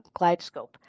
GlideScope